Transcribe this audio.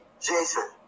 Jason